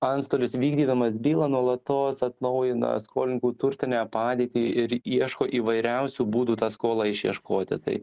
antstolis vykdydamas bylą nuolatos atnaujina skolininkų turtinę padėtį ir ieško įvairiausių būdų tą skolą išieškoti tai